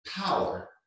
power